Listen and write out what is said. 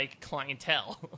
clientele